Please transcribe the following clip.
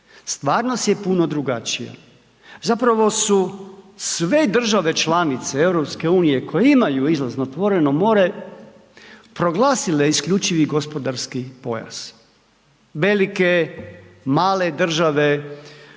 Stvarnost je puno drugačija. Zapravo su sve države članice EU koje imaju izlaz na otvoreno more proglasile isključivi gospodarski pojas, velike, male države